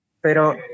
Pero